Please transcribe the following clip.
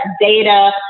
data